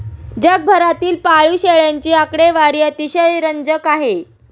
जगभरातील पाळीव शेळ्यांची आकडेवारी अतिशय रंजक आहे